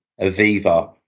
Aviva